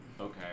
Okay